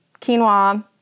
quinoa